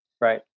Right